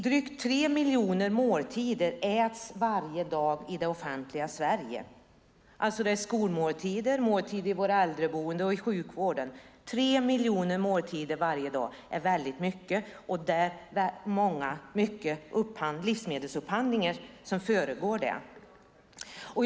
Drygt tre miljoner måltider äts varje dag i det offentliga Sverige. Det är skolmåltider, måltider i våra äldreboenden och i sjukvården. Tre miljoner måltider varje dag är mycket, och det är många livsmedelsupphandlingar som föregår detta.